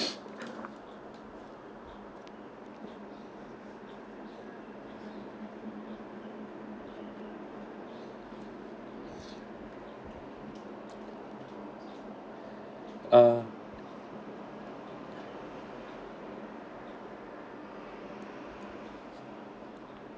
uh